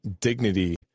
dignity